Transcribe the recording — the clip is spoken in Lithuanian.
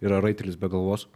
yra raitelis be galvos